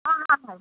हाँ हाँ